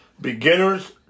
Beginners